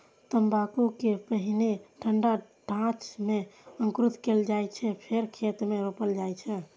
तंबाकू कें पहिने ठंढा ढांचा मे अंकुरित कैल जाइ छै, फेर खेत मे रोपल जाइ छै